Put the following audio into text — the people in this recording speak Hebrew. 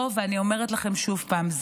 אני אומרת לכם שוב פעם,